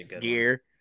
gear